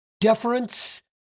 deference